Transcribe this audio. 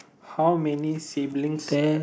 how many siblings